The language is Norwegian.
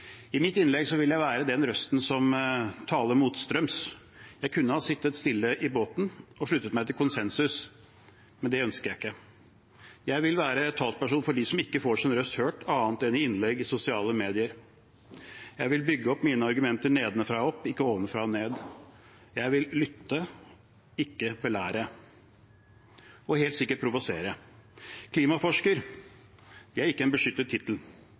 I mitt innlegg vil jeg være den røsten som taler motstrøms. Jeg kunne ha sittet stille i båten og sluttet meg til konsensus, men det ønsker jeg ikke. Jeg vil være talsperson for dem som ikke får sin røst hørt annet enn i innlegg i sosiale medier. Jeg vil bygge opp mine argumenter nedenfra og opp, ikke ovenfra og ned. Jeg vil lytte, ikke belære – og helt sikkert provosere. Klimaforsker er ikke en beskyttet tittel,